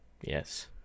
Yes